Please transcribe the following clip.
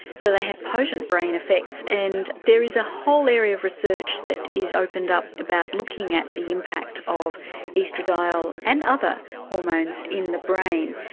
so they have potent brain effects and there is a whole area of research that is opened up about looking at the impact of oestradiol and other hormones in the brain,